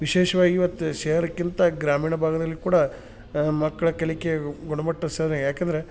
ವಿಶೇಷವಾಗಿ ಇವತ್ತು ಶೇರ್ಕಿಂತ ಗ್ರಾಮೀಣ ಭಾಗದಲ್ಲಿ ಕೂಡ ಮಕ್ಳಾ ಕಲಿಕೆಗೆ ಗುಣಮಟ್ಟ ಯಾಕೆಂದರೆ